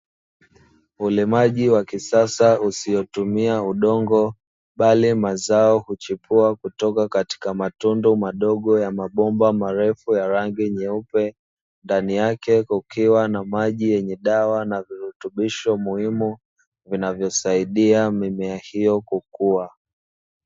Ulimaji wa kisasa usiotumia udongo bali mimea hukuwa kutokea kwenye matundu ya chupa